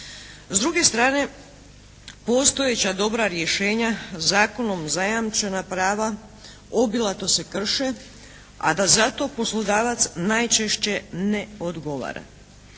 S druge strane postojeća dobra rješenja zakonom zajamčena prava obilato se krše, a da za to poslodavac najčešće ne odgovara.